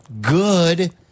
good